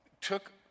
took